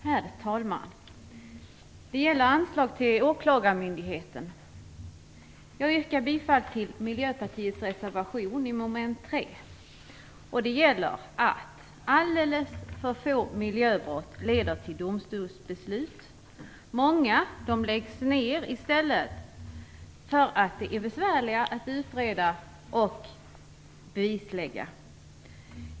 Herr talman! Betänkandet handlar om anslag till åklagarmyndigheten. Jag yrkar bifall till Miljöpartiets reservation under mom. 3. Alldeles för få miljöbrott leder till domstolsbeslut. Många ärenden läggs ner i stället därför att de är besvärliga att utreda och bevislägga.